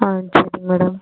ஆ சரிங்க மேடம்